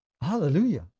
Hallelujah